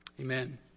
Amen